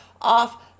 off